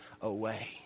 away